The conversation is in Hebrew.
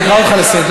אני אקרא אותך לסדר,